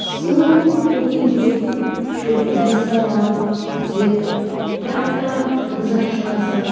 سٲنۍ کُکِنٛگ ہُنٛد چھُ یہِ سَوال زِ پرٛٮ۪تھ کانٛہہ غذا چھُنہٕ آسان